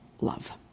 love